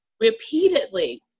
repeatedly